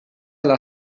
alla